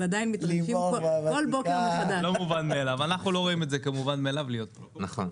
ולכן אני כן אבקש להבין מכם מה הן האפשרויות לגדר את